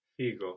Figo